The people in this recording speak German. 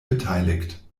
beteiligt